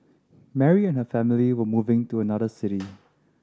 Mary and her family were moving to another city